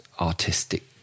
artistic